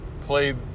played